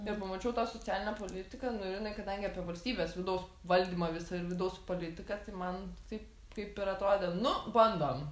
ir pamačiau tą socialinę politiką nu ir jinai kadangi apie valstybės vidaus valdymą visą vidaus politiką tai man taip kaip ir atrodė nu bandom